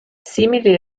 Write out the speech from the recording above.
simili